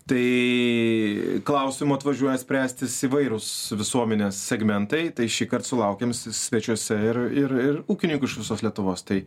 tai klausimo atvažiuoja spręstis įvairūs visuomenės segmentai tai šįkart sulaukėm svečiuose ir ir ir ūkininkų iš visos lietuvos tai